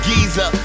Giza